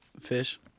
Fish